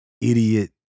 idiot